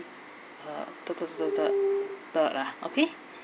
uh lah okay